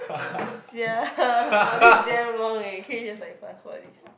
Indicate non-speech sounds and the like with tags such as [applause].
ah sia [laughs] !wah! this is damn long eh can we just like fast forward this